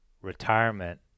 retirement